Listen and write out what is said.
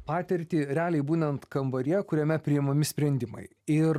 patirtį realiai būnant kambaryje kuriame priimami sprendimai ir